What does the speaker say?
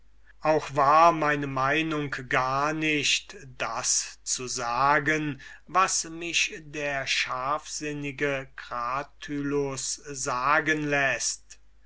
auch war meine meinung gar nicht das zu sagen was mich der scharfsinnige kratylus sagen läßt